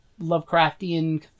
Lovecraftian